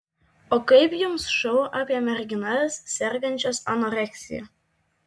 o kaip jums šou apie merginas sergančias anoreksija